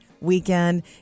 weekend